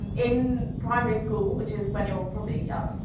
and in primary school, which is when you're probably young.